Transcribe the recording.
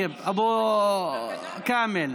אבו כאמל.